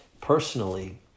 personally